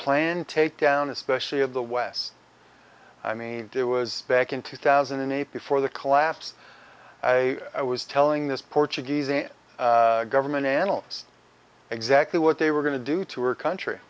plan take down especially of the west i mean it was back in two thousand and eight before the collapse i was telling this portuguese and government analysts exactly what they were going to do to our country